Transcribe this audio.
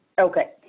Okay